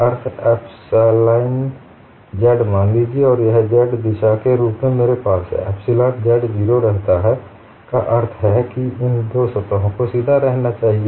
अर्थ epsilon z मान लीजिए कि यह z दिशा के रूप में मेरे पास है एप्सिलॉन z 0 रहता है का अर्थ है कि इन दो सतहों को सीधा रहना चाहिए